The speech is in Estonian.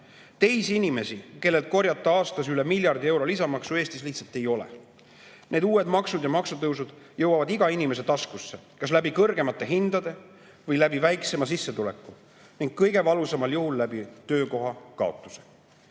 Teisi inimesi, kellelt korjata aastas üle miljardi euro lisamaksu, Eestis lihtsalt ei ole. Need uued maksud ja maksutõusud jõuavad iga inimese taskusse kas läbi kõrgemate hindade või läbi väiksema sissetuleku ning kõige valusamal juhul läbi töökoha